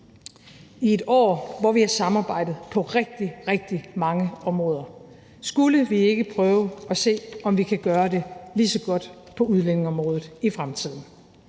i et år, hvor vi har samarbejdet på rigtig, rigtig mange områder. Skulle vi ikke prøve at se, om vi kan gøre det lige så godt på udlændingeområdet i fremtiden?